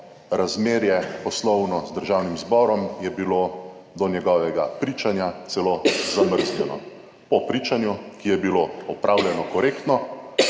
razmerje, poslovno z Državnim zborom je bilo do njegovega pričanja celo zamrznjeno. Po pričanju, ki je bilo opravljeno korektno,